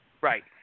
Right